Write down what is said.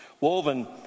woven